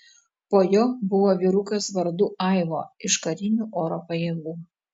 po jo buvo vyrukas vardu aivo iš karinių oro pajėgų